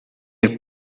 air